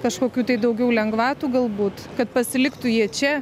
kažkokių tai daugiau lengvatų galbūt kad pasiliktų jie čia